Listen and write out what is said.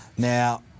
Now